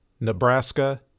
Nebraska